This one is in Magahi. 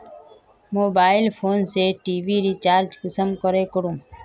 मोबाईल फोन से टी.वी रिचार्ज कुंसम करे करूम?